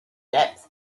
depth